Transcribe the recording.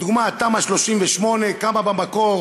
לדוגמה, תמ"א 38 קמה במקור